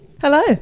Hello